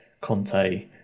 Conte